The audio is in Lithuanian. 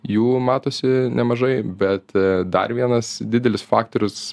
jų matosi nemažai bet dar vienas didelis faktorius